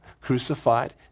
crucified